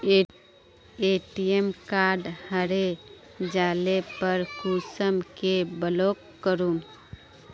ATM card हरे जाले पर कुंसम के ब्लॉक करूम?